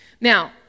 Now